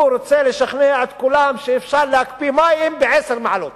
הוא רוצה לשכנע את כולם שאפשר להקפיא מים ב-10 מעלות.